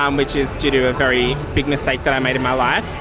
um which is due to a very big mistake that i made in my life.